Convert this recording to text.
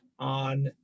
on